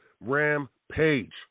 Rampage